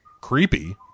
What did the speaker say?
creepy